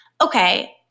okay